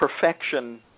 perfection